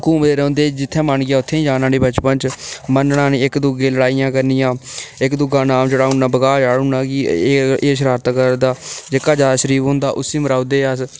घुम्मदे रौंह्दे हे जित्थै मन करै उत्थै जाना उठी बचपन च मनना नेईं इक दूऐ नै लड़ाइयां करनियां इक दूआ नां' चढ़ाई ओड़ना बगाह् चढ़ाई ओड़ना कि एह् एह् शरारता करदा जेह्का जैदा शरीफ होंदा उसी मराई ओड़दे हे अस